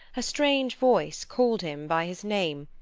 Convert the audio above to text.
a strange voice called him by his name,